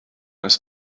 ist